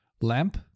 lamp